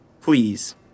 Please